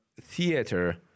theater